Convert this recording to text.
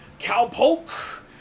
cowpoke